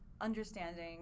understanding